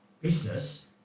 business